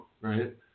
right